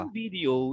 video